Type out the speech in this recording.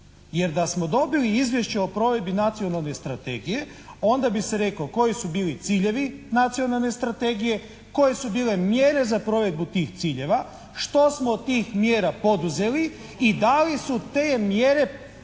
jer da smo dobili Izvješće o provedbi Nacionalne strategije onda bi se reklo koji su bili ciljevi Nacionalne strategije, koje su bile mjere za provedbu tih ciljeva, što smo od tih mjera poduzeli i da li su te mjere